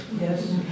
Yes